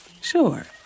Sure